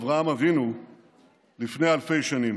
עם אברהם אבינו לפני אלפי שנים.